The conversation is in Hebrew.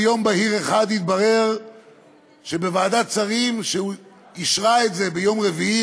ביום בהיר אחד התברר שוועדת שרים אישרה את זה ביום רביעי,